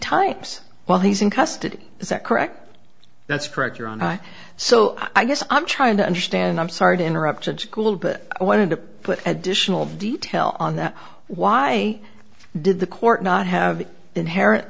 types while he's in custody is that correct that's correct your honor so i guess i'm trying to understand i'm sorry to interrupt at school but i wanted to put additional detail on that why did the court not have inher